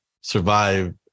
survive